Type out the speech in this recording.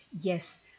Yes